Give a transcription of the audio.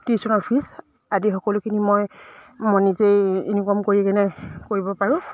টিউশ্যনৰ ফিজ আদি সকলোখিনি মই মই নিজেই ইনকম কৰি কেনে কৰিব পাৰোঁ